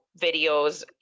videos